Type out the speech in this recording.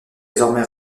désormais